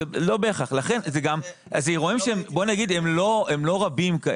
אלה אירועים שהם לא רבים.